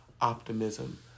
optimism